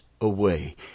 away